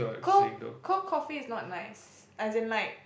cold cold coffee is not nice as in like